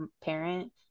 parent